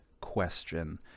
question